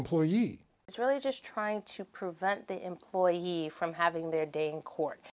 employee it's really just trying to prevent the employee from having their day in court